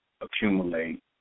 accumulate